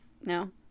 No